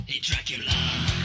DRACULA